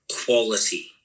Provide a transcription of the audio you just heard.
quality